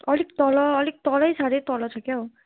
अलिक तल अलिक तलै साह्रैे तल छ क्याउ